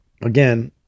again